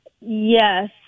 Yes